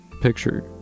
picture